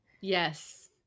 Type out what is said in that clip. yes